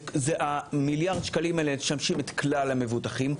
זה המיליארד שקלים האלה שהחשיב את כלל המבוטחים,